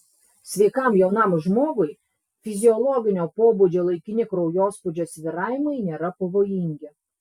sveikam jaunam žmogui fiziologinio pobūdžio laikini kraujospūdžio svyravimai nėra pavojingi